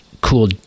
cool